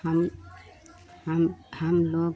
हम हम हम लोग